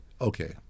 okay